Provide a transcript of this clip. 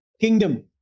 Kingdom